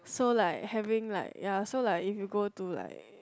so like having like ya so like if you go to like